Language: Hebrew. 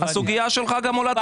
הסוגייה שלך עלתה.